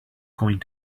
going